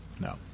No